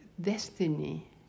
destiny